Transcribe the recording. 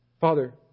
Father